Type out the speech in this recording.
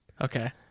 okay